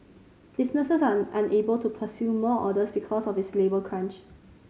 businesses are unable to pursue more orders because of this labour crunch